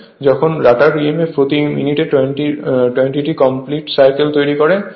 যখন rotor emf প্রতি মিনিটে 20 টি কমপ্লিট সাইকেল তৈরি করে